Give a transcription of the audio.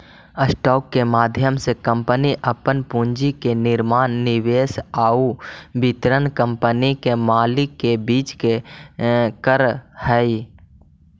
stock के माध्यम से कंपनी अपन पूंजी के निर्माण निवेश आउ वितरण कंपनी के मालिक के बीच करऽ हइ